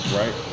right